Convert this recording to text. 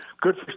Good